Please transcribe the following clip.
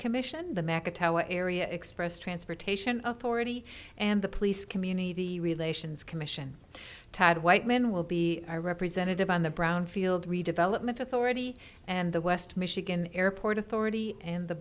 commission the area express transportation authority and the police community relations commission todd white men will be our representative on the brownfield redevelopment authority and the west michigan airport authority and the